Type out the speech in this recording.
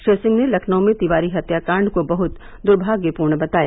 श्री सिंह ने लखनऊ में तिवारी हत्याकांड को बहुत दुर्भाग्यपूर्ण बताया